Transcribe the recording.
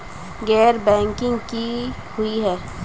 गैर बैंकिंग की हुई है?